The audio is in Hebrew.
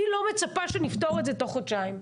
אני לא מצפה שנפתור את זה תוך חודשיים,